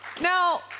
Now